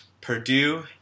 Purdue